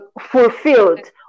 fulfilled